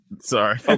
Sorry